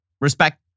respect